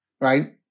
right